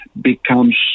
becomes